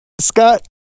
Scott